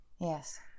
Yes